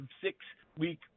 six-week